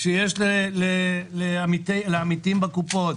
שיש לעמיתים בקופות.